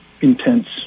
intense